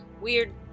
weird